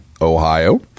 Ohio